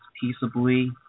peaceably